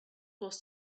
was